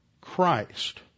Christ